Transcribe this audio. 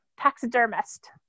taxidermist